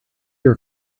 your